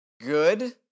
good